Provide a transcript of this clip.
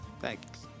Thanks